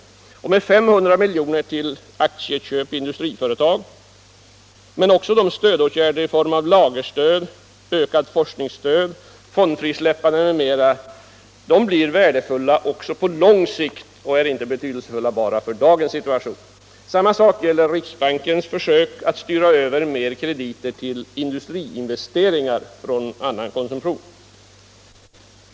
Därtill kommer 500 milj.kr. till aktieköp i industriföretag men också stödåtgärder i form av lagerstöd, ökat forskningsstöd, fondfrisläppande m.m. Dessa åtgärder är värdefulla också på lång sikt och av betydelse inte enbart för dagens situation. Samma sak gäller riksbankens försök att styra över mera krediter till industriinvesteringar från konsumtion.